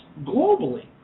globally